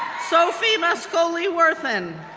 sofie mascoli werthan,